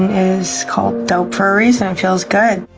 is called dope for a reason, it feels good.